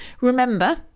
Remember